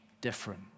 different